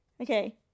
okay